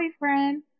boyfriend